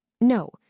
No